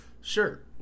sure